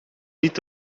niet